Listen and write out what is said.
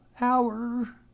hour